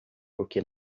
porque